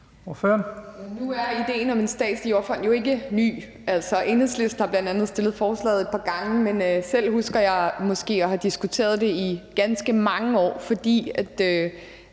Nu er idéen om en statslig jordfond jo ikke ny. Enhedslisten har bl.a. fremsat forslaget et par gange. Selv husker jeg at have diskuteret det i ganske mange år. For det